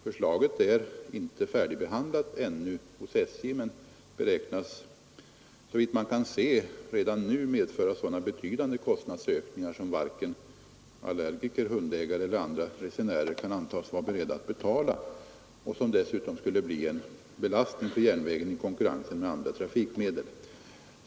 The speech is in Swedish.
Förslaget är inte färdigbehandlat ännu hos SJ men beräknas såvitt man kan se redan nu medföra sådana betydande kostnadsökningar som varken allergiker, hundägare eller andra resenärer kan antas vara beredda att betala och som dessutom skulle bli en belastning för järnvägen i konkurrensen med andra trafikmedel.